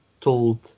told